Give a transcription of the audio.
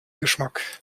geschmack